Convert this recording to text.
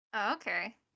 okay